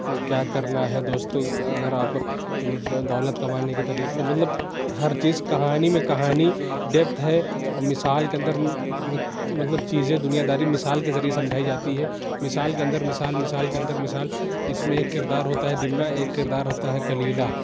کیا کرنا ہے دوستوں اگر آپ دولت کمانے کے طریقے مطلب ہر چیز کہانی میں کہانی ڈیپتھ ہے اور مثال کے اندر مطلب چیزیں دنیاداری مثال کے ذریعے سمجھائی جاتی ہے مثال کے اندر مثال مثال کے اندر مثال اِس میں ایک کردار ہوتا ہے دمنہ ایک کردار ہوتا ہے کلیلہ